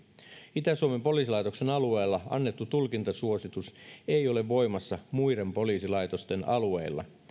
itä suomen poliisilaitoksen alueella annettu tulkintasuositus ei ole voimassa muiden poliisilaitosten alueilla